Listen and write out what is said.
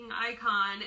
icon